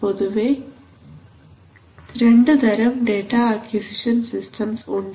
പൊതുവേ രണ്ടുതരം data acquisition systems ഉണ്ട്